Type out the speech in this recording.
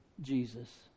Jesus